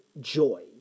joy